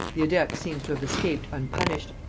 the adept seems to have escaped unpunished,